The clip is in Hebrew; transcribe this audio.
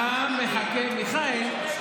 מיכאל,